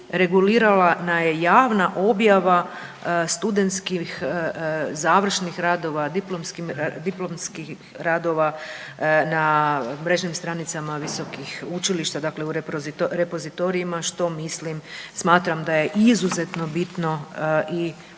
regulirana je javna objava studentskih završnih radova, diplomskih radova na mrežnim stranicama visokih učilišta, dakle u repozitorijima, što mislim, smatram da je izuzetno bitno i u tom